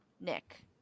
Nick